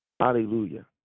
Hallelujah